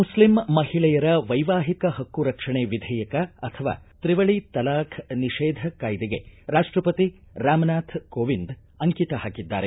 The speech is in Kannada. ಮುಖ್ಲಿಂ ಮಹಿಳೆಯರ ವೈವಾಹಿಕ ಹಕ್ಕು ರಕ್ಷಣೆ ವಿಧೇಯಕ ಅಥವಾ ತ್ರಿವಳಿ ತಲಾಖ್ ನಿಷೇಧ ಕಾಯ್ದೆಗೆ ರಾಷ್ಟಪತಿ ರಾಮನಾಥ್ ಕೋವಿಂದ್ ಅಂಕಿತ ಹಾಕಿದ್ದಾರೆ